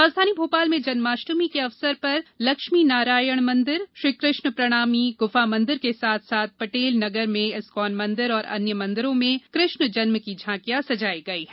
राजधानी भोपाल में जन्माष्टमी के अवसर पर लक्ष्मीनारायण मंदिर श्रीकृष्णप्रणामी गुफामंदिर के साथ साथ पटेलनगर में एस्कॉन मंदिर और अन्य मंदिरों में कृष्णजन्म की झांकिया सजाई गई है